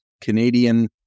Canadian